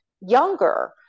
younger